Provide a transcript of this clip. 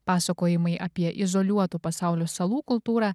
pasakojimai apie izoliuotų pasaulio salų kultūrą